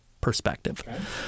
perspective